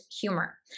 humor